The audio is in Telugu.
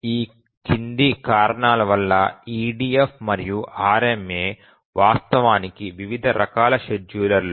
ఈ కింది కారణాల వల్ల EDF మరియు RMA వాస్తవానికి వివిధ రకాల షెడ్యూలర్లు